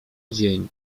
dzień